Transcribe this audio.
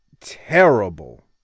terrible